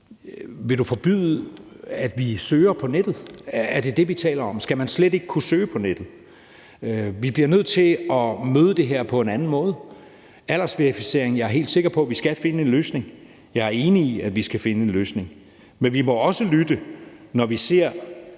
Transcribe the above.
vil du forbyde, at vi søger på nettet? Er det det, vi taler om? Skal man slet ikke kunne søge på nettet? Vi bliver nødt til at møde det her på en anden måde. Med hensyn til aldersverificering er jeg helt sikker på, at vi skal finde en løsning. Jeg er enig i, at vi skal finde en løsning. Men vi må også lytte, når vi ser,